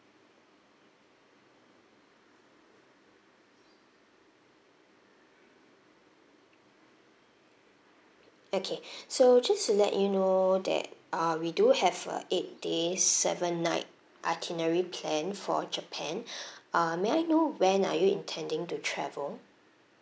okay so just let you know that uh we do have a eight days seven night itinerary plan for japan uh may I know when are you intending to travel